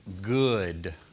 good